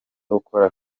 ukora